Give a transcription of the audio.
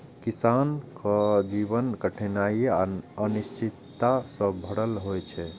किसानक जीवन कठिनाइ आ अनिश्चितता सं भरल होइ छै